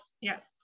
Yes